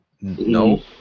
no